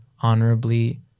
honorably